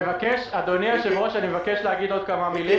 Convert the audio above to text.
אדוני היושב-ראש, אני מבקש לומר עוד כמה מילים.